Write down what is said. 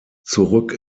zurück